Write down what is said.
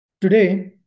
Today